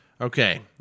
Okay